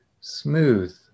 smooth